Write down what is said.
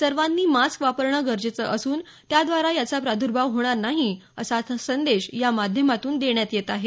सर्वांनी मास्क वापरणं गरजेचं असून त्याद्वारे याचा प्रादुर्भाव होणार नाही असा संदेश यामाध्यमातून देण्यात येत आहे